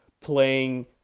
playing